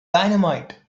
dynamite